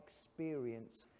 experience